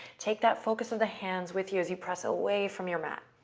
take that focus of the hands with you as you press away from your mat.